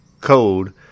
code